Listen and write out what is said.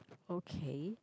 okay